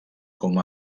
com